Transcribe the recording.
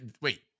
wait